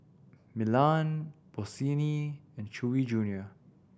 Milan Bossini and Chewy Junior